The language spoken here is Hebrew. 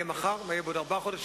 עוד עקרונות שהביאו שינוי מרענן למשק.